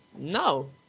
no